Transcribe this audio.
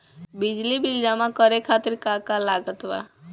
बिजली बिल जमा करे खातिर का का लागत बा?